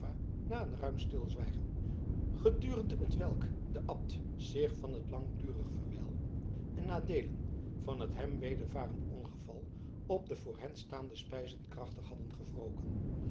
na een ruim stilzwijgen gedurende hetwelk de abt zich van het langdurig verwijl en adeelen van het hem wedervaren ongeval op de voor hen staande spijzen krachtig hadden gewroken